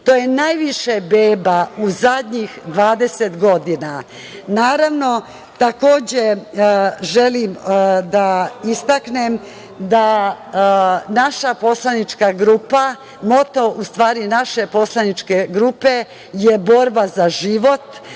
To je najviše beba u zadnjih 20 godina. Naravno, takođe želim da istaknem da naša poslanička grupa, moto naše poslaničke grupe je borba za život,